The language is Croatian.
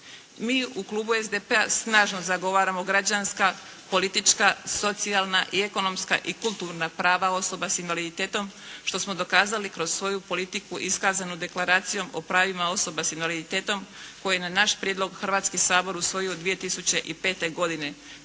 Mi u Klubu SDP-a snažno zagovaramo građanska, politička, socijalna i ekonomska i kulturna prava osoba sa invaliditetom što smo dokazali kroz svoju politiku iskazanom Deklaracijom o pravima osoba sa invaliditetom, koji je na naš prijedlog Hrvatski sabor usvojio 2005. godine